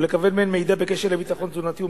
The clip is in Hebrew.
ולקבל מהן מידע בקשר לביטחון תזונתי,